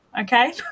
Okay